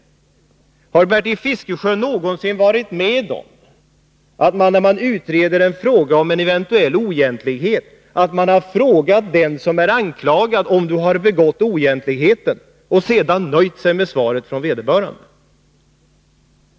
Har Bertil Fiskesjö någonsin varit med om att man, när man utreder en fråga om en eventuell oegentlighet, frågar den som är anklagad om han har begått oegentligheten och sedan nöjt sig med svaret från vederbörande?